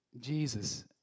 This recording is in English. Jesus